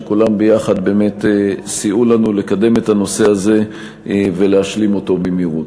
שכולם ביחד באמת סייעו לנו לקדם את הנושא הזה ולהשלים אותו במהירות.